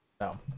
No